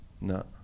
No